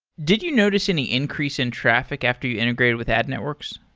did you notice any increase in traffic after you integrated with ad networks?